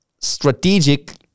strategic